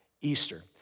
Easter